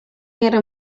guerra